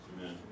Amen